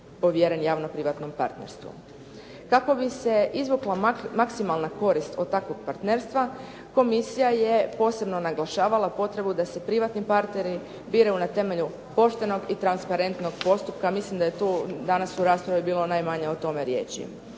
Kako bi se izvukla maksimalna korist od takvog partnerstva, komisija je posebno naglašavala potrebu da se privatni partneri biraju na temelju poštenog i transparentnog postupka. Mislim da je tu danas u raspravi bio najmanje o tome riječi.